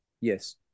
Yes